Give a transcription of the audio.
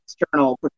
external